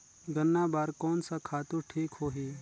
गन्ना बार कोन सा खातु ठीक होही?